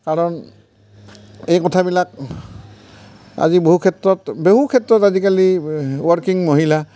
কাৰণ এই কথাবিলাক আজি বহু ক্ষেত্ৰত বহু ক্ষেত্ৰত আজিকালি ৱৰ্কিং মহিলা